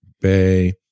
bay